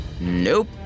Nope